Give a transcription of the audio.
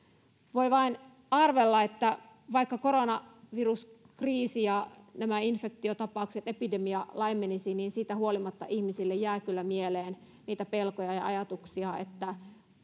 voi vain arvella että vaikka koronaviruskriisi infektiotapaukset ja epidemia laimenisivat niin siitä huolimatta ihmisille jää kyllä mieleen niitä pelkoja ja ja ajatuksia siitä